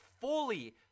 fully